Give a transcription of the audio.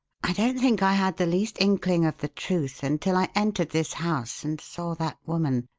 i don't think i had the least inkling of the truth until i entered this house and saw that woman.